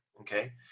okay